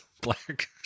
black